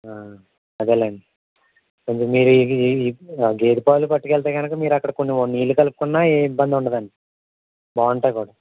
అదేలేండి కొంచెం మీరు ఈ గేదె పాలు పట్టుకు వెళ్తే కనుక మీరు అక్కడ కొన్ని నీళ్ళు కలుపుకున్న ఏమి ఇబ్బంది ఉండదు అండి బాగుంటాయి కూడా